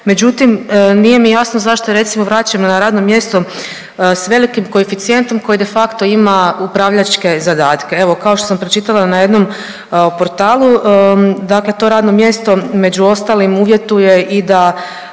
međutim, nije mi jasno, zašto je, recimo, vraćeno na radno mjesto s velikim koeficijentom koji de facto ima upravljačke zadatke. Evo, kao što sam pročitala na jednom portalu, dakle to radno mjesto, među ostalim, uvjetuje i da